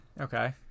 Okay